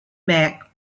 mac